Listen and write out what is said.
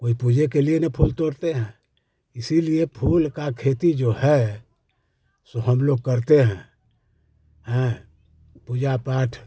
वही पूजा के लिए ना फूल तोड़ते हैं इसीलिए फूल की खेती जो है सो हम लोग करते हैं हैं पूजा पाठ